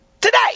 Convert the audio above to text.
today